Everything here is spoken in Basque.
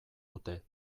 dute